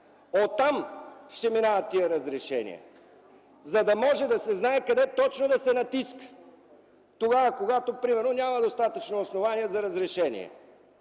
Оттам ще минават тези разрешения, за да може да се знае къде точно да се натиска – тогава, когато примерно няма достатъчно основание за разрешение.